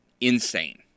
insane